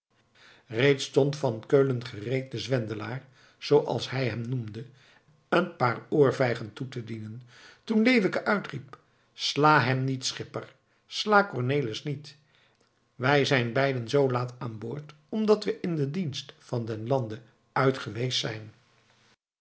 reeds stond van keulen gereed den zwendelaar zooals hij hem noemde een paar oorvijgen toe te dienen toen leeuwke uitriep sla hem niet schipper sla cornelis niet wij zijn beiden zoo laat aanboord omdat we in den dienst van den lande uit geweest zijn